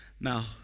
Now